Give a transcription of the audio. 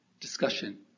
discussion